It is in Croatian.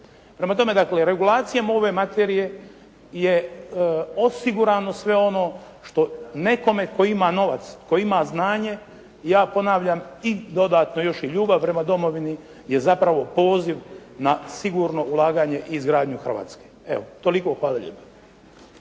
Prema tome, dakle regulacijom ove materije je osigurano sve ono što nekome tko ima novac, tko ima znanje ja ponavljam i dodatno još i ljubav prema domovini je zapravo poziv na sigurno ulaganje i izgradnju Hrvatske. Evo, toliko. Hvala lijepo.